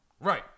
Right